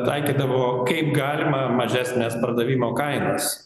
taikydavo kaip galima mažesnes pardavimo kainas